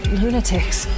lunatics